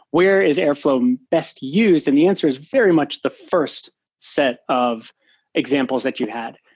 where is airflow best used? and the answer is very much the first set of examples that you had.